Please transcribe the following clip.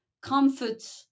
comfort